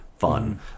Fun